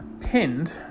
pinned